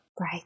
Right